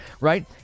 right